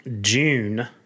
June